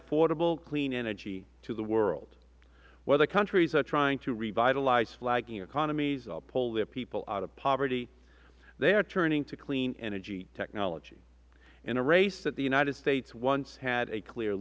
affordable clean energy to the world whether countries are trying to revitalize flagging economies or pull their people out of poverty they are turning to clean energy technology in a race that the united states once had a clear